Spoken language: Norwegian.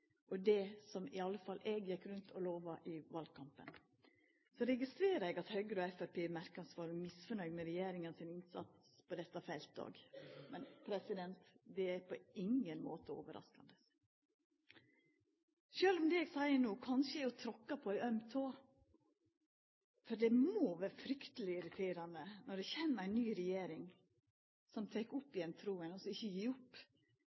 og det som i alle fall eg gjekk rundt og lova i valkampen. Så registrerer eg at Høgre og Framstegspartiet i merknads form er misfornøgde med regjeringa sin innsats på dette feltet òg. Det er på ingen måte overraskande. Sjølv om det eg seier no, kanskje er å tråkka på ei øm tå, så må det vera frykteleg irriterande når det kjem ei ny regjering, som tek opp att tråden, og som ikkje gjev opp,